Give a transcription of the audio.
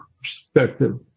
perspective